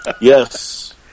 Yes